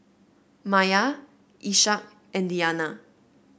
Maya Ishak and Diyana